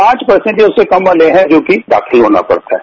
पांच परसेंट या उससे कम वाले हैं जिनको की दाखिल होना पड़ता है